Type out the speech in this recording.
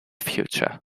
future